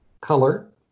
color